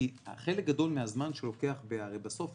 כי חלק גדול מהזמן שלוקח הרי בסוף,